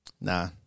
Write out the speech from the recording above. nah